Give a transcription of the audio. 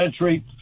entry